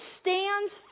stands